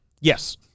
Yes